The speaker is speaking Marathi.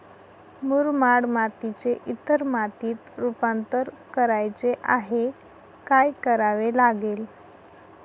मुरमाड मातीचे इतर मातीत रुपांतर करायचे आहे, काय करावे लागेल?